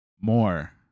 more